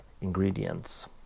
ingredients